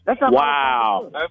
Wow